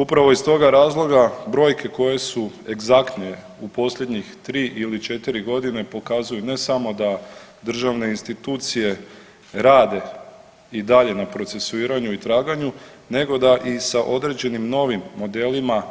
Upravo iz toga razloga brojke koje su egzaktne u posljednjih tri ili četiri godine pokazuju ne samo da državne institucije rade i dalje na procesuiranju i traganju nego da i sa određenim novim modelima